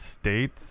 states